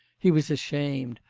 he was ashamed,